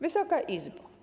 Wysoka Izbo!